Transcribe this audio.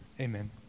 Amen